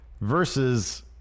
versus